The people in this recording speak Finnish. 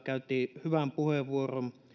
käytti hyvän puheenvuoron